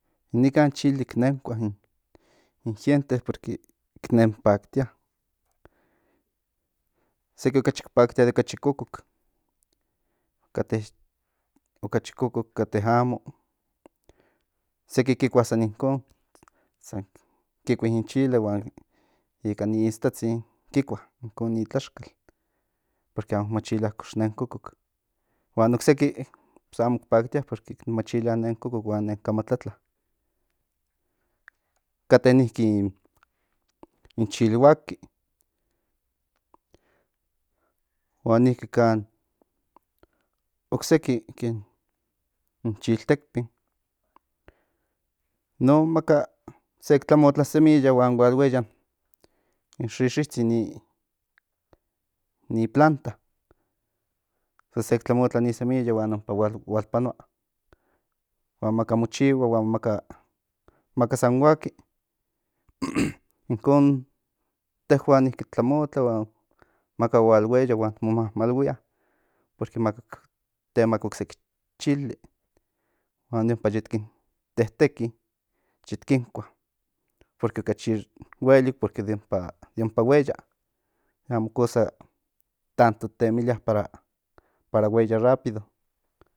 In nikan chili ki nenkua in gente porque kin nen paktia seki okachik paktia de okachi kokok kate okachi kokok kate amo seki kikua san inkon san kikui in chili huan ika in iistatzin kikua inkon ni tlaxkal porque amo kimachilia kox nen kokok huan seki amo ki paktia porque machilia nen kokok huan nen kamatlatla kate nikinin chilhuaki huan nikinkanocse ken chiltekpin in non maka sek tlamotla in semilla huan hual hueya in xixitsin ni planta san sek tlamotla ni semilla huan hualpanoa huan maka mo chihua huan maka san huaki inkon in tehuan nikin tik tlamotla huan maka hueya huan tik mo mamalhuia porque maka temaka ocseki chili huan de ompa yit kin teteki yit kinkua porque okachi huelik porque de ompa hual hueya amo kosa tanto temilia para hueya rápido